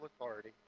authority